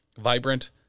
vibrant